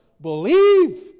Believe